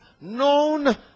known